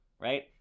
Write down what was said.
right